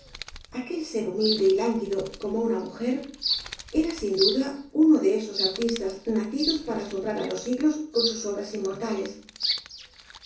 aquel ser humilde y lánguido como una mujer era sin duda uno de esos artistas nacidos para asombrar á los siglos con sus obras inmortales